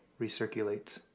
recirculates